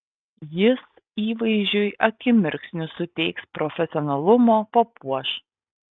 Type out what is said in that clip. jis įvaizdžiui akimirksniu suteiks profesionalumo papuoš